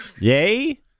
Yay